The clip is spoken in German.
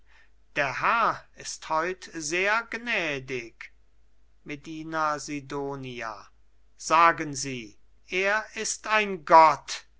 der herr ist heut sehr gnädig medina sidonia sagen sie er ist ein gott